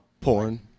porn